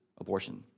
abortion